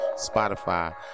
Spotify